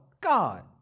God